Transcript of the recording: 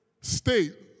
state